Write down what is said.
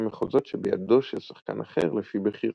המחוזות שבידו של שחקן אחר לפי בחירתו.